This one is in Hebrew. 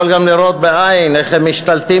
יכול גם לראות בעין איך הם משתלטים